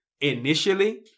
initially